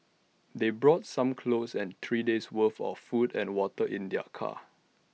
they brought some clothes and three days worth of food and water in their car